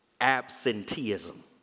absenteeism